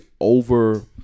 over –